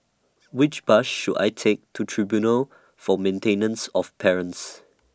Which Bus should I Take to Tribunal For Maintenance of Parents